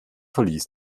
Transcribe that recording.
verließ